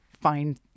find